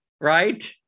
Right